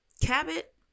Cabot